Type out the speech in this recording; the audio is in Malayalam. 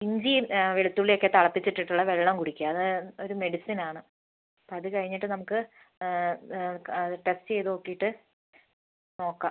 ഇഞ്ചിയും വെളുത്തുള്ളിയൊക്കെ തിളപ്പിച്ചിട്ടിട്ടുള്ള വെള്ളം കുടിക്കുക അത് ഒരു മെഡിസിൻ ആണ് അപ്പം അതുകഴിഞ്ഞിട്ട് നമുക്ക് അത് ടെസ്റ്റ് ചെയ്ത് നോക്കിയിട്ട് നോക്കാം